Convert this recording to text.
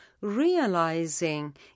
realizing